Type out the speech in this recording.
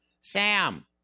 Sam